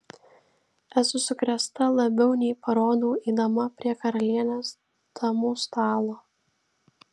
esu sukrėsta labiau nei parodau eidama prie karalienės damų stalo